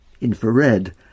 infrared